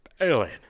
alien